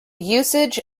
usage